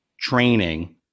training